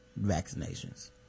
vaccinations